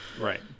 right